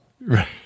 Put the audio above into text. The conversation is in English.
Right